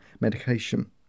medication